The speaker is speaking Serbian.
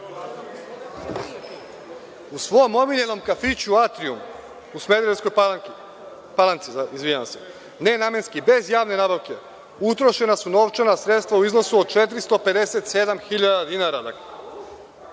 u svom omiljenom kafiću „Atrijum“ u Smederevskoj Palanci, nenamenski bez javne nabavke, utrošena su novčana sredstva u iznosu od 457 hiljade dinara,